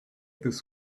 this